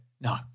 No